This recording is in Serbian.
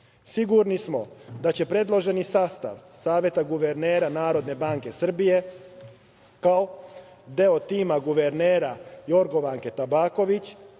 Sigurni smo da će predloženi sastav Saveta guvernera Narodne banke Srbije kao deo tima guvernera Jorgovanke Tabaković